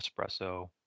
espresso